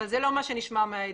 אבל זה לא מה שנשמע מהעדים.